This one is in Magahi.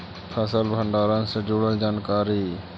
फसल भंडारन से जुड़ल जानकारी?